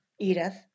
Edith